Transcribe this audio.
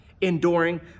Enduring